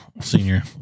senior